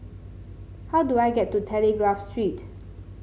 how do I get to Telegraph Street